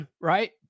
right